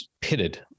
pitted